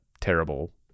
terrible